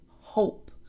hope